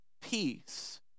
peace